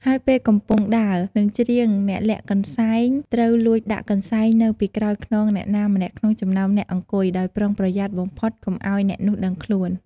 ហើយពេលកំពុងដើរ និងច្រៀង អ្នកលាក់កន្សែងត្រូវ លួចដាក់កន្សែង នៅពីក្រោយខ្នងអ្នកណាម្នាក់ក្នុងចំណោមអ្នកអង្គុយ ដោយប្រុងប្រយ័ត្នបំផុតកុំឱ្យអ្នកនោះដឹងខ្លួន។